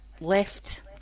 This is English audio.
left